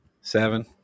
Seven